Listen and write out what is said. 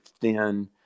thin